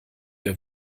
der